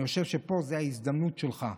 אני חושב שפה זו ההזדמנות שלך,